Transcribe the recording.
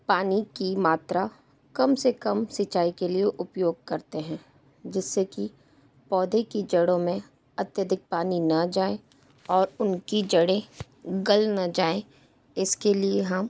पानी की मात्रा कम से कम सिंचाई के लिए उपयोग करते हैं जिससे कि पौधे की जड़ों में अत्यधिक पानी न जाएं और उनकी जड़े गल ना जाएं इसके लिए हम